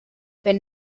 wenn